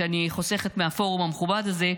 שאחסוך מהפורום המכובד הזה,